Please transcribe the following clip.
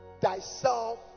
thyself